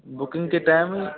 booking की timing